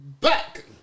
back